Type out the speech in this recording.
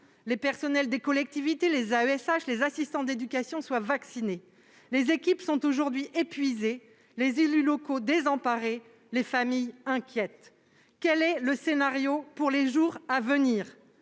en situation de handicap (AESH) et les assistants d'éducation soient vaccinés. Les équipes sont aujourd'hui épuisées, les élus locaux, désemparés, et les familles, inquiètes. Quel est le scénario pour les jours à venir ?